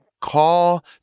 call